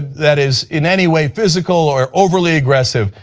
that is in any way physical or overly aggressive,